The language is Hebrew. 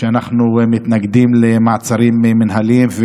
הייתה ועודנה שאנחנו מתנגדים למעצרים מינהליים.